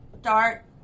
start